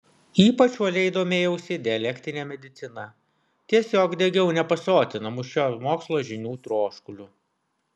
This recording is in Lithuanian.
ypač uoliai domėjausi dialektine medicina tiesiog degiau nepasotinamu šio mokslo žinių troškuliu